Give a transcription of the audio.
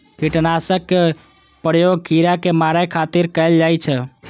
कीटनाशक के प्रयोग कीड़ा कें मारै खातिर कैल जाइ छै